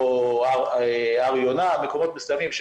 או הר יונה, רכסים, מקומות מסוימים,